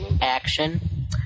action